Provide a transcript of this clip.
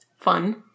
Fun